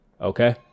okay